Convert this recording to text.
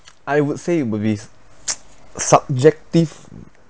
I would say but is subjective